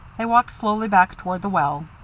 they walked slowly back toward the well.